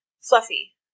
Fluffy